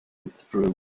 withdrew